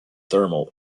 thermal